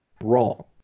wrong